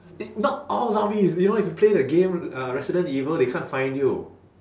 it not all zombies you know if you play the game uh resident evil they can't find you